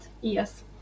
yes